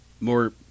More